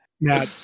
Now